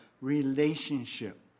relationship